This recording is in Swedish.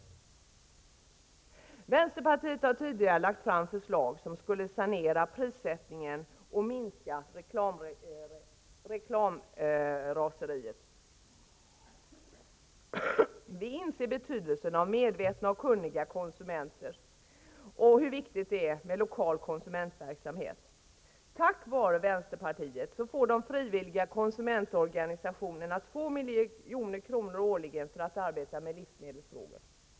Vänsterpartiet har tidigare lagt fram förslag som skulle sanera prissättningen och minska reklamraseriet. Vi inser hur betydelsefullt det är med medvetna och kunniga konsumenter och hur viktigt det är med lokal konsumentverksamhet. Tack vare vänsterpartiet får de frivilliga konsumentorganisationerna 2 milj.kr. årligen för att arbeta med livsmedelsfrågor.